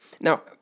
Now